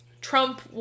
Trump